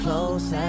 Close